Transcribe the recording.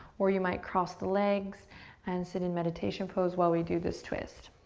or you might cross the legs and sit in meditation pose while we do this twist.